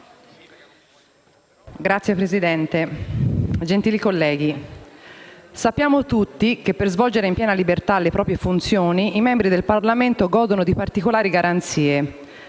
Signora Presidente, gentili colleghi, sappiamo tutti che, per svolgere in piena libertà le proprie funzioni, i membri del Parlamento godono di particolari garanzie,